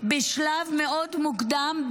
בשלב מאוד מוקדם,